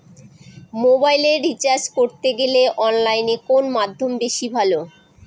মোবাইলের রিচার্জ করতে গেলে অনলাইনে কোন মাধ্যম বেশি ভালো?